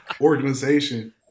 organization